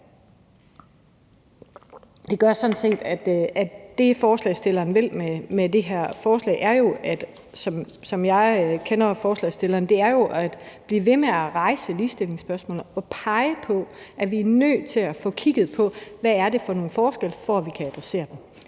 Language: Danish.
Det, ordføreren for forslagsstillerne vil med det her forslag, sådan som jeg kender ordføreren for forslagsstillerne, er jo at blive ved med at rejse ligestillingsspørgsmålet og pege på, at vi er nødt til at få kigget på, hvad det er for nogle forskelle, for at vi kan adressere dem.